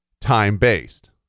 time-based